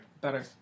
Better